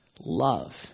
Love